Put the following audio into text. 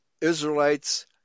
israelites